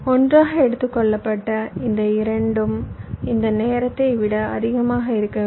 ஒன்றாக எடுத்துக்கொள்ளப்பட்ட இந்த இரண்டும் இந்த நேரத்தை விட அதிகமாக இருக்க வேண்டும்